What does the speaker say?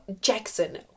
jackson